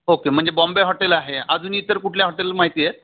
okay म्हणजे Bombay hotel आहे अजून इतर कुठले हॉटेल माहिती आहेत